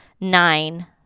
nine